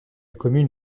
commune